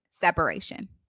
Separation